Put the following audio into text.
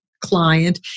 client